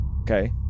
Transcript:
okay